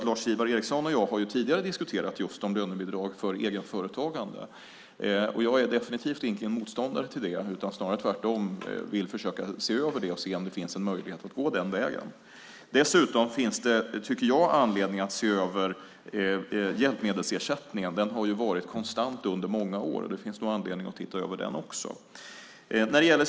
Lars-Ivar Ericson och jag har tidigare diskuterat just om lönebidrag för egenföretagande. Jag är definitivt ingen motståndare till det utan snarare tvärtom. Jag vill försöka se över det och se om det finns en möjlighet att gå den vägen. Dessutom finns det, tycker jag, anledning att se över hjälpmedelsersättningen. Den har varit konstant under många år. Det finns nog anledning att se över den också.